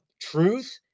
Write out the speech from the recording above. Truth